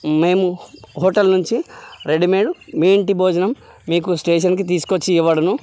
మేము హోటల్ నుంచి రెడీమేడ్ మీ ఇంటి భోజనం మీకు స్టేషన్కి తీసుకొచ్చి ఇవ్వబడును